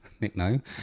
nickname